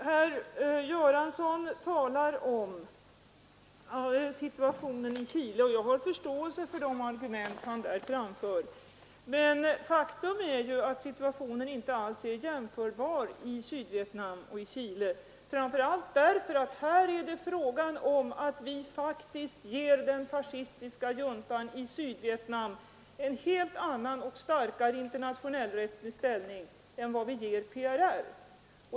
Herr Göransson talar om situationen i Chile, och jag har förståelse för de argument han framför på den punkten. Men faktum är att situationen i Chile inte alls är jämförbar med situationen i Sydvietnam, framför allt därför att vi faktiskt ger den fascistiska juntan i Sydvietnam en helt annan och starkare internationell-rättslig ställning än vi ger PRR.